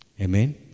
Amen